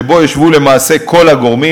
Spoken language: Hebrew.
שבו ישבו למעשה כל הגורמים.